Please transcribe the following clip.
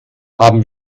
haben